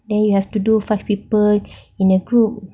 then you have to do five people in a group